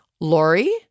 Lori